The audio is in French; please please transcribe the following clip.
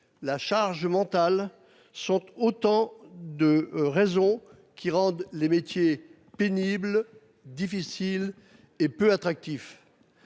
la charge mentale sont autant de raisons qui rendent les métiers pénibles, difficiles et peu attractifs.